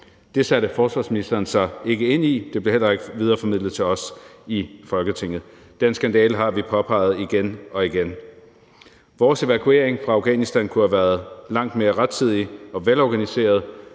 Det satte forsvarsministeren sig ikke ind i. Det blev heller ikke videreformidlet til os i Folketinget. Den skandale har vi påpeget igen og igen. Vores evakuering fra Afghanistan kunne have været langt mere rettidig og velorganiseret.